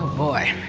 boy.